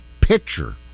picture